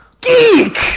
geek